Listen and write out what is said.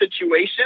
situation